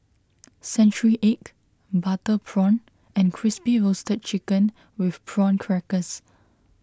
Century Egg Butter Prawn and Crispy Roasted Chicken with Prawn Crackers